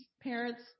parents